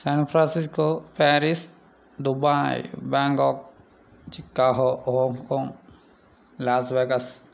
San Francisco Paris Dubai Bangkok Chicago Hong Kong Los Vegas